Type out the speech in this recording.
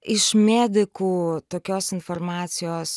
iš medikų tokios informacijos